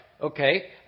okay